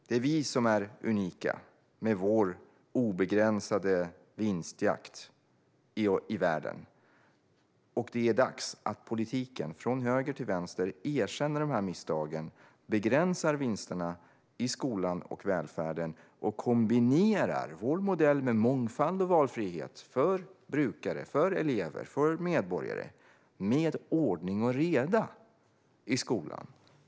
Det är vi som är unika med vår obegränsade vinstjakt i världen, och det är dags att politiken - från höger till vänster - erkänner misstagen, begränsar vinsterna i skolan och välfärden och kombinerar vår modell med mångfald och valfrihet för brukare, elever och medborgare med ordning och reda i skolan.